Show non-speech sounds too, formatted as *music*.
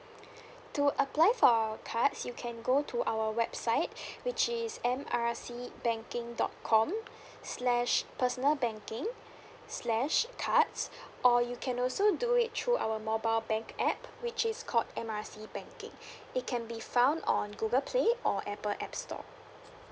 to apply for our cards you can go to our website *breath* which is M R C banking dot com slash personal banking slash cards *breath* or you can also do it through our mobile bank app which is called M R C banking *breath* it can be found on Google play or apple app store